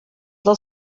del